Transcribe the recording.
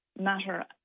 matter